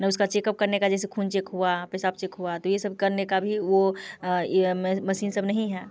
ना उसका चेकअप करने का जैसे खून चेक हुआ पेशाब चेक हुआ तो ये सब करने का भी वो ये मशीन सब नहीं है